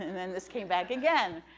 and then this came back again.